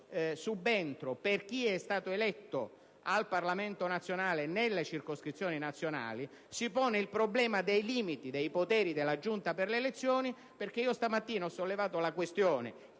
subentro per chi è stato eletto al Parlamento nazionale nelle circoscrizioni nazionali, per cui si pone il problema dei limiti dei poteri della Giunta delle elezioni. Stamattina, infatti, ho sollevato la questione,